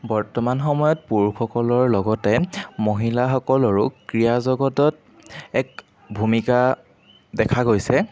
বৰ্তমান সময়ত পুৰুষসকলৰ লগতে মহিলাসকলৰো ক্ৰীয়া জগতত এক ভূমিকা দেখা গৈছে